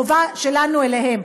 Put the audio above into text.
חובה שלנו אליהם.